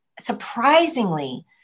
surprisingly